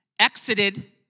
exited